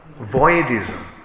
Voidism